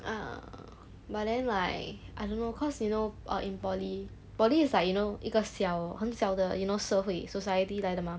ah but then like I don't know cause you know err in poly poly is like you know 一个小很小的 you know 社会 society 来的吗